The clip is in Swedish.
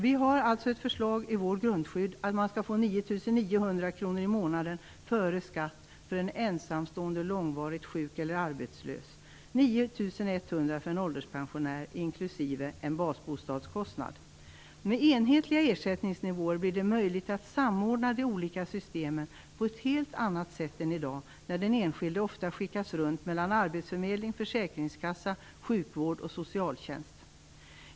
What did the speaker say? Vi i Miljöpartiet har ett förslag till grundskydd där en ensamstående långvarigt sjuk eller arbetslös får Med enhetliga ersättningsnivåer blir det möjligt att samordna de olika systemen på ett helt annat sätt än i dag när den enskilde ofta skickas runt mellan arbetsförmedling, försäkringskassa, sjukvård och socialtjänst.